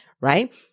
right